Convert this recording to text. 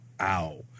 Ow